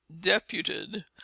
deputed